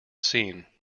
scene